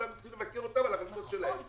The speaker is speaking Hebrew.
ואנחנו צריכים לבקר אותם על ההחלטות שלהם.